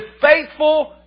faithful